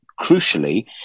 crucially